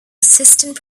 assistant